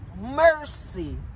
mercy